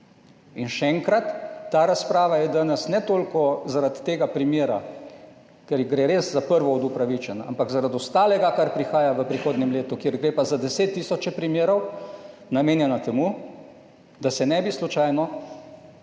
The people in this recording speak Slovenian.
In še enkrat, ta razprava je danes ne toliko zaradi tega primera, ker gre res za prvo od 19. TRAK: (SC) – 15.15 (nadaljevanje) upravičen, ampak zaradi ostalega, kar prihaja v prihodnjem letu, kjer gre pa za deset tisoče primerov namenjena temu, da se ne bi slučajno